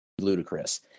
ludicrous